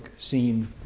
scene